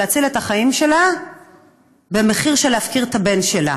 של להציל את החיים שלה במחיר של להפקיר את הבן שלה?